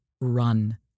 run